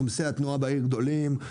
עומסי התנועה בעיר הם גדולים.